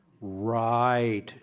Right